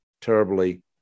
terribly